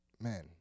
Man